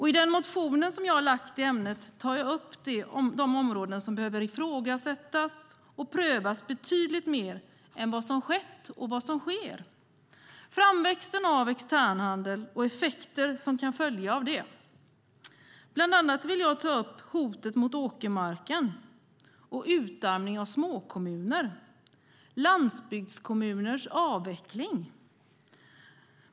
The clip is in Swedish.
I den motion som jag har väckt i ämnet tar jag upp de områden som behöver ifrågasättas och prövas betydligt mer än vad som har skett och vad som sker. Det handlar om framväxten av externhandel och effekter som kan följa av det. Bland annat vill jag ta upp hotet mot åkermark, utarmningen av småkommuner och landsbygdskommuners avveckling.